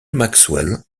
maxwell